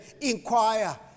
inquire